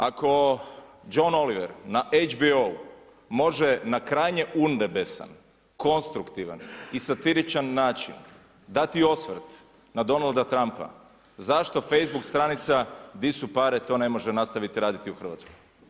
Ako John Oliver na HBO-u može na krajnje urnebesan, konstruktivan i satiričan način dati osvrt na Donalda Trumpa, zašto Facebook stranica „Di su pare?“ to ne može nastaviti raditi u Hrvatskoj?